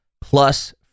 plus